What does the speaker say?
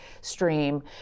stream